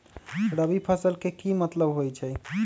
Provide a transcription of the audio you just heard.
रबी फसल के की मतलब होई छई?